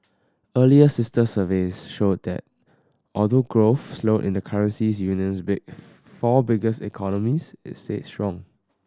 earlier sister surveys showed that although growth slowed in the currency union's big four biggest economies it stayed strong